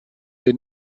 den